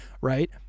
right